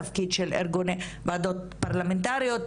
תפקיד של ועדות פרלמנטריות,